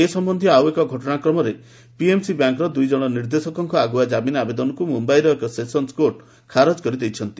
ଏ ସମ୍ବନ୍ଧୀୟ ଆଉ ଏକ ଘଟଣାକ୍ରମରେ ପିଏମ୍ସି ବ୍ୟାଙ୍କର ଦୁଇଜଣ ନିର୍ଦ୍ଦେଶକଙ୍କ ଆଗୁଆ ଜାମିନ ଆବେଦନକୁ ମୁମ୍ବାଇର ଏକ ସେସନ୍ୱକୋର୍ଟ ଖାରଜ କରିଦେଇଛନ୍ତି